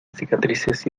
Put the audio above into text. cicatrices